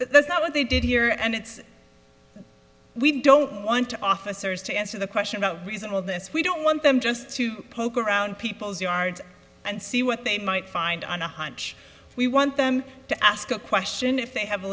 that's not what they did here and it's we don't want to officers to answer the question about reason of this we don't want them just to poke around people's yards and see what they might find on a hunch we want them to ask a question if they have a